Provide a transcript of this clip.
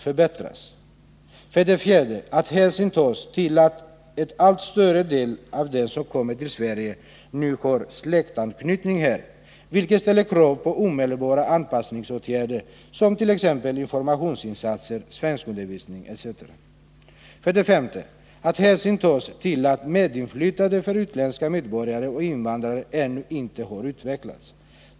För det fjärde bör hänsyn tas till att en allt större del av dem som nu kommer till Sverige har släktanknytning här, vilket ställer krav på omedelbara anpassningsåtgärder såsom t.ex. informationsinsatser, svenskundervisning etc. För det femte bör man ta hänsyn till att medinflytandet för utländska medborgare och invandrare ännu inte har utvecklats.